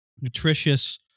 nutritious